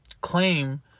claim